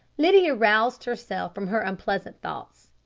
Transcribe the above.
lydia roused herself from her unpleasant thoughts.